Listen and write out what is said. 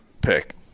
pick